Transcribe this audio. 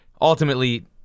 ultimately